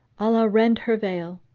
allah rend her veil!